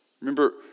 Remember